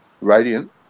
radiant